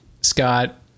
Scott